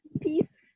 peace